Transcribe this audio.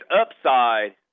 upside